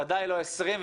ודאי לא 20,